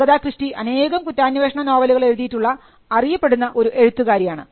Agatha Christie അനേകം കുറ്റാന്വേഷണ നോവലുകൾ എഴുതിയിട്ടുള്ള അറിയപ്പെടുന്ന ഒരു എഴുത്തുകാരിയാണ്